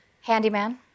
Handyman